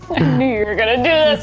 knew you were gonna do this.